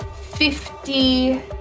fifty